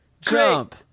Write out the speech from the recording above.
Jump